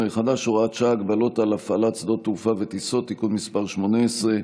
החדש (הוראת שעה) (הגבלות על הפעלת שדות תעופה וטיסות) (תיקון מס' 18),